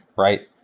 right?